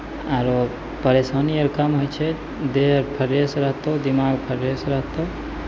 आरो परेशानी अर कम होइ छै देह अर फ्रेश रहतौ दिमाग फ्रेश रहतौ